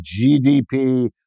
GDP